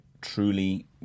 truly